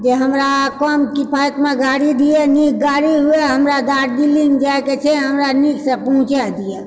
जे हमरा कम किफायतमऽ गाड़ी दिअ नीक गाड़ी हुए हमरा दार्जिलिंग जाइके छै हमरा नीकसँ पहुँचा दिअ